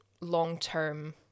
long-term